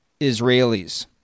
Israelis